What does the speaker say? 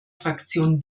fraktion